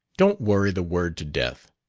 don't worry the word to death.